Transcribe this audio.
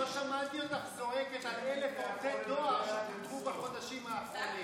לא שמעתי אותך זועקת על 1,000 עובדי דואר שפוטרו בחודשים האחרונים.